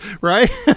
right